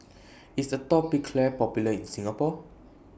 IS Atopiclair Popular in Singapore